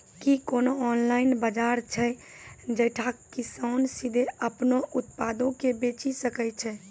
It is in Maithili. कि कोनो ऑनलाइन बजार छै जैठां किसान सीधे अपनो उत्पादो के बेची सकै छै?